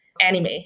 anime